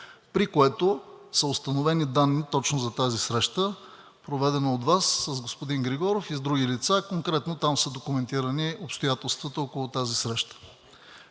при което са установени данни точно за тази среща, проведена от Вас с господин Григоров и с други лица. Конкретно там са документирани обстоятелствата около тази среща.